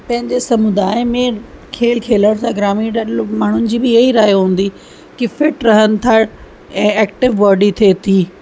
पंहिंजे समुदाय में खेल खेलण सां ग्रामीण माण्हुनि जी बि इहा ई राइ हूंदी कि फ़िट रहनि था ऐं एक्टिव बॉडी थिए थी